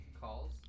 Calls